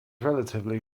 relatively